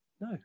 No